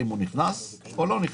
האם להיכנס או לא להיכנס.